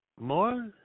More